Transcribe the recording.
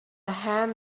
hand